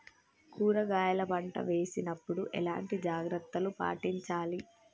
కూరగాయల పంట వేసినప్పుడు ఎలాంటి జాగ్రత్తలు పాటించాలి?